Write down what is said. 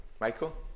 Michael